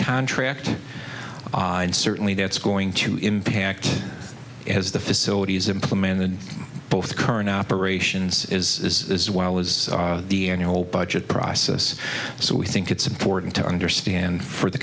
contract and certainly that's going to impact has the facilities implemented both current operations is as well as d n a whole budget process so we think it's important to understand for the